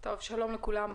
שלום לכולם,